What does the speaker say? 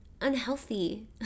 unhealthy